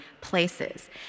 places